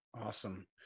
Awesome